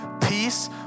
peace